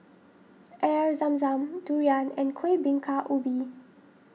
Air Zam Zam Durian and Kueh Bingka Ubi